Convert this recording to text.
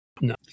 No